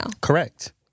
Correct